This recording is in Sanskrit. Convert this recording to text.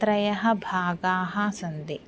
त्रयः भागाः सन्ति